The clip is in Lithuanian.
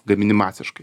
gamini masiškai